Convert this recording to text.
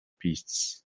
beasts